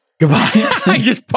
Goodbye